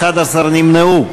11 נמנעו.